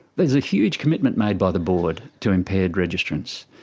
there is a huge commitment made by the board to impaired registrants.